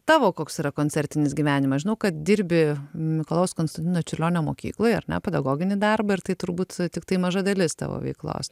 tavo koks yra koncertinis gyvenimas žinau kad dirbi mikalojaus konstantino čiurlionio mokykloje ar ne pedagoginį darbą ir tai turbūt tiktai maža dalis tavo veiklos